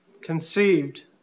conceived